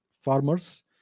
farmers